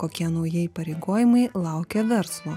kokie nauji įpareigojimai laukia verslo